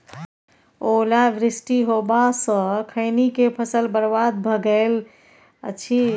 ओला वृष्टी होबा स खैनी के फसल बर्बाद भ गेल अछि?